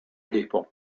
people